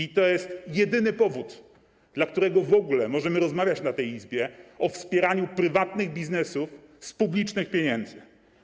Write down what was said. I to jest jedyny powód, dla którego w ogóle możemy rozmawiać w tej Izbie o wspieraniu prywatnych biznesów z publicznych pieniędzy.